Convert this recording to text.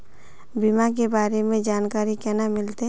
बीमा के बारे में जानकारी केना मिलते?